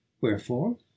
Wherefore